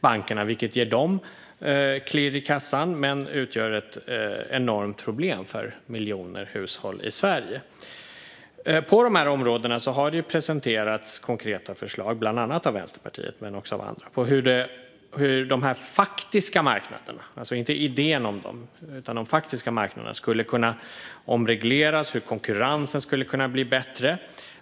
Detta ger dem klirr i kassan men utgör ett enormt problem för miljoner hushåll i Sverige. På dessa områden har det presenterats konkreta förslag, bland annat av Vänsterpartiet men också av andra, på hur de faktiska marknaderna - alltså inte idén om dem utan de faktiska marknaderna - skulle kunna omregleras och hur konkurrensen skulle kunna bli bättre.